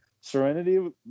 Serenity